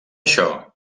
això